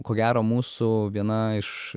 ko gero mūsų viena iš